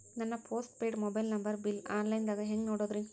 ನನ್ನ postpaid mobile number bill, online ದಾಗ ಹ್ಯಾಂಗ್ ನೋಡೋದ್ರಿ?